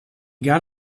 got